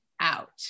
out